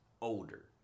older